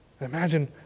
Imagine